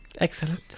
Excellent